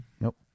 nope